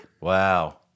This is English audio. Wow